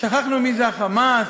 שכחנו מי זה ה"חמאס"?